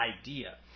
idea